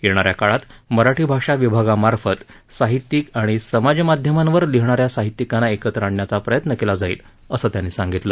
येणाऱ्या काळात मराठी भाषा विभागामार्फत साहित्यिक आणि समाजमाध्यमांवर लिहिणाऱ्या साहित्यिकांना एकत्र आणण्याचा प्रयत्न केला जाईल असं त्यांनी सांगितलं